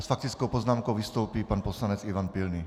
S faktickou poznámkou vystoupí pan poslanec Ivan Pilný.